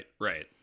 right